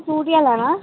suit गै लाना ऐ